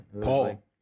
Paul